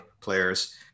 players